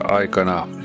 aikana